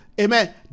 amen